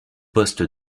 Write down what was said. poste